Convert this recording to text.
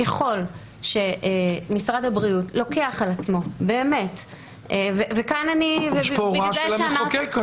ככל שמשרד הבריאות לוקח על עצמו -- יש פה הוראה של המחוקק.